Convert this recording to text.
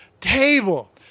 table